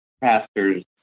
pastors